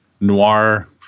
noir